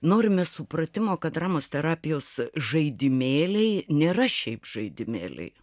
norime supratimo kad dramos terapijos žaidimėliai nėra šiaip žaidimėliai